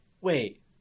wait